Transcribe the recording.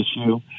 issue